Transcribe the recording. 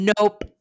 Nope